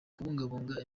kubungabunga